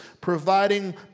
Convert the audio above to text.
Providing